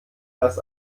das